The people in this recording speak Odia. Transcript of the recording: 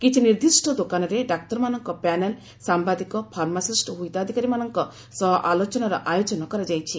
କିଛି ନିର୍ଦ୍ଦିଷ୍ଟ ଦୋକାନରେ ଡାକ୍ତରମାନଙ୍କ ପ୍ୟାନେଲ୍ ସାମ୍ବାଦିକ ଫାର୍ମାସିଷ୍ଟ ଓ ହିତାଧିକାରୀମାନଙ୍କ ସହ ଆଲୋଚନାର ଆୟୋଜନ କରାଯାଇଛି